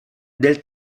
del